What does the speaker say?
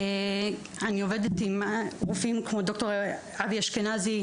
אני עובדת עם הרופאים כמו ד"ר אבי אשכנזי,